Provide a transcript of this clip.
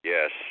Yes